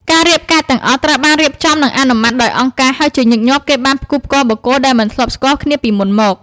ការរៀបការទាំងអស់ត្រូវបានរៀបចំនិងអនុម័តដោយអង្គការ ហើយជាញឹកញាប់គេបានផ្គូផ្គងបុគ្គលដែលមិនធ្លាប់ស្គាល់គ្នាពីមុនមក។